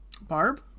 barb